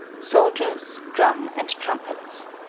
soldiers, drum and trumpets